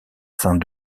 saint